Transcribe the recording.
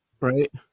Right